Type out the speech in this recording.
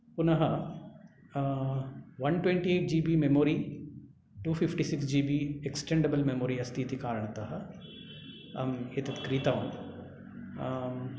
पुनः one twenty eight GB memory two fifty six GB extendable memory अस्ति इति कारणतः एतत् क्रीतवान्